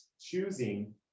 choosing